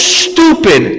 stupid